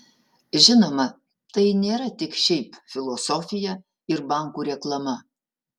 žinoma tai nėra tik šiaip filosofija ir bankų reklama